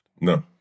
No